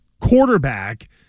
quarterback